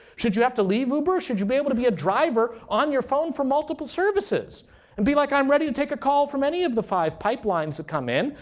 should you have to leave uber or should you be able to be a driver on your phone for multiple services and be like, i'm ready to take a call from any of the five pipelines that come in.